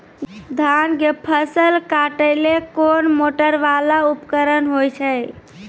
धान के फसल काटैले कोन मोटरवाला उपकरण होय छै?